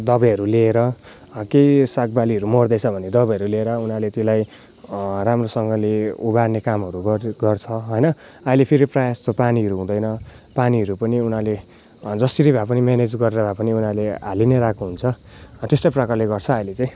दबाईहरू लिएर केही सागबालीहरू मर्दैछ भने दबाईहरू लिएर उनीहरूले त्यसलाई राम्रोसँगले उमार्ने कामहरू गर्ने गर्छ होइन अहिले फेरि प्राय जस्तो पानीहरू हुँदैन पानीहरू पनि उनीहरूले जसरी भएपनि म्यानेज गरेर भए पनि उनीहरूले हालि नै रहेको हुन्छ त्यस्तै प्रकारले गर्छ अहिले चाहिँ